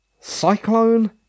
Cyclone